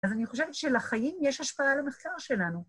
‫אז אני חושבת שלחיים ‫יש השפעה למחקר שלנו.